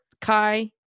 Kai